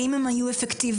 האם הם היו אפקטיביות?